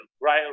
right